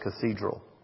Cathedral